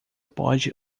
pode